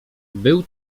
był